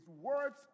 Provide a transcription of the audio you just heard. words